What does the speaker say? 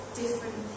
different